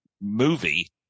movie